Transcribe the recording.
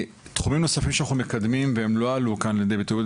תחומים נוספים שאנחנו מקדמים והם לא עלו כאן לידי ביטוי,